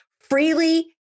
freely